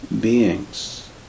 beings